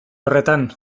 horretan